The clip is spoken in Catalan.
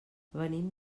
venim